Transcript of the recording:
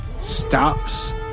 stops